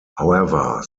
however